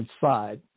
side